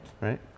Right